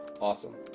Awesome